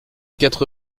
quatre